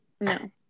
No